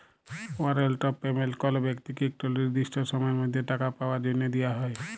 warrant of payment কল ব্যক্তিকে ইকট লিরদিসট সময়ের মধ্যে টাকা পাউয়ার জ্যনহে দিয়া হ্যয়